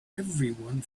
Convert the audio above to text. everyone